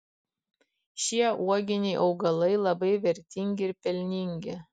šie uoginiai augalai labai vertingi ir pelningi